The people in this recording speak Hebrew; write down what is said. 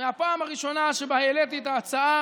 מהפעם הראשונה שבה העליתי את ההצעה